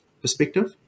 perspective